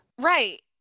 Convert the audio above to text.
right